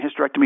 hysterectomy